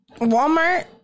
Walmart